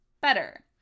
better